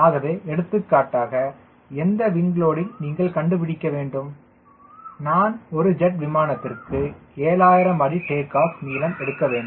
ஆகவே எடுத்துக்காட்டாக எந்த விங் லோடிங் நீங்கள் கண்டுபிடிக்க வேண்டும் நான் ஒரு ஜெட் விமானத்திற்கு 7000 அடி டேக் ஆஃப் நீளம் எடுக்க வேண்டும்